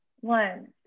One